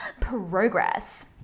Progress